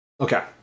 Okay